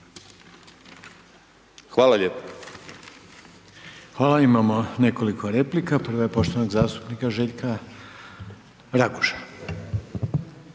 (HDZ)** Hvala. Imamo nekoliko replika, prva je poštovanog zastupnika Željka Raguža.